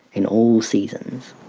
in all seasons.